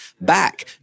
back